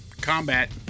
Combat